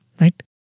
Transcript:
right